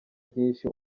ryinshi